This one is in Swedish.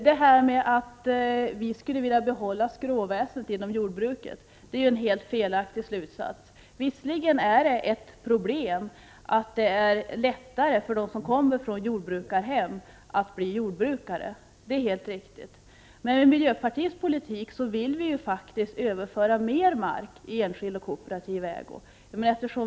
Herr talman! Att vi skulle vilja behålla skråväsendet inom jordbruket är en helt felaktig slutsats. Visserligen är det ett problem att det är lättare för dem som kommer från jordbrukarhem att bli jordbrukare, det är helt riktigt. Men vi vill faktiskt med miljöpartiets politik överföra mer mark i enskild och kooperativ ägo.